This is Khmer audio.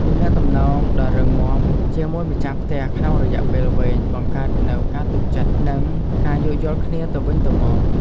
ទំនាក់ទំនងដ៏រឹងមាំជាមួយម្ចាស់ផ្ទះក្នុងរយៈពេលវែងបង្កើតនូវការទុកចិត្តនិងការយោគយល់គ្នាទៅវិញទៅមក។